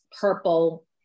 purple